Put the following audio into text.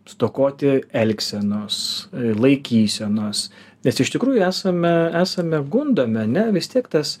stokoti elgsenos laikysenos nes iš tikrųjų esame esame gundomi ane vis tiek tas